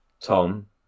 Tom